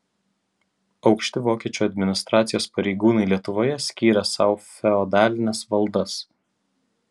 aukšti vokiečių administracijos pareigūnai lietuvoje skyrė sau feodalines valdas